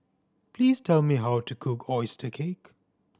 please tell me how to cook oyster cake